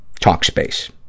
Talkspace